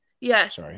Yes